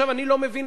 אני לא מבין,